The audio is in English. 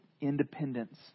independence